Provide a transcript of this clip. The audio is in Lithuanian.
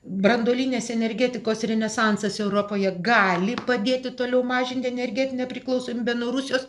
branduolinės energetikos renesansas europoje gali padėti toliau mažinti energetinę priklausomybę nuo rusijos